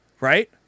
Right